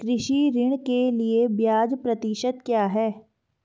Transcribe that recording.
कृषि ऋण के लिए ब्याज प्रतिशत क्या है?